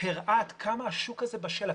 הראה עד כמה השוק הזה בשל,